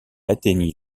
atteignit